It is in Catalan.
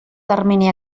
termini